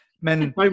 men